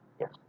Yes